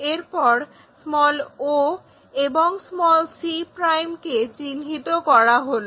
এরপর o এবং c কে চিহ্নিত করা হলো